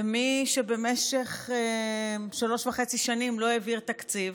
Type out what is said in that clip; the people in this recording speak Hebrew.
למי שבמשך שלוש וחצי שנים לא העביר תקציב,